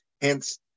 Hence